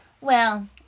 Well